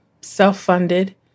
self-funded